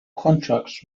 contracts